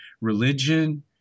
religion